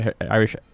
Irish